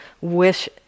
wish